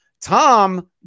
tom